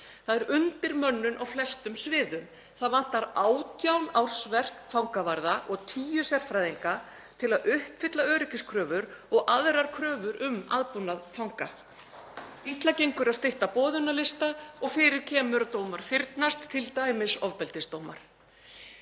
Það er undirmönnun á flestum sviðum. Það vantar 18 ársverk fangavarða og tíu sérfræðinga til að uppfylla öryggiskröfur og aðrar kröfur um aðbúnað fanga. Illa gengur að stytta boðunarlista og fyrir kemur að dómar fyrnast, t.d. ofbeldisdómar.